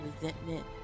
resentment